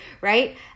right